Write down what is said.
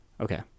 okay